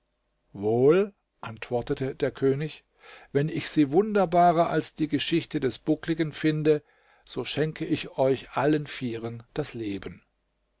wohl antwortete der könig wenn ich sie wunderbarer als die geschichte des buckligen finde so schenke ich euch allen vieren das leben